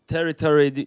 Territory